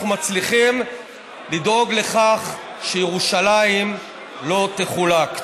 מצליחים לדאוג לכך שירושלים לא תחולק.